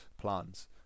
plans